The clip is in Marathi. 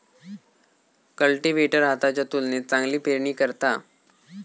कल्टीवेटर हाताच्या तुलनेत चांगली पेरणी करता